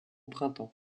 printemps